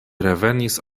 revenis